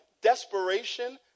desperation